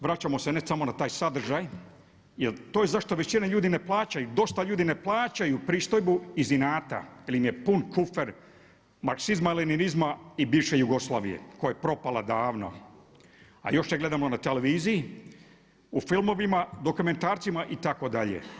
Vraćamo se ne samo na taj sadržaj, jer to je zašto većina ljudi ne plaćaju, dosta ljudi ne plaćaju pristojbu iz inata jer im je pun kufer… … i bivše Jugoslavije koja je propala davno a još je gledamo na televiziji, u filmovima, dokumentarcima itd.